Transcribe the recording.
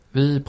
vi